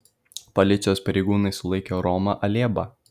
policijos pareigūnai sulaikė romą alėbą